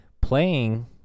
playing